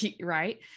right